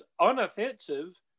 unoffensive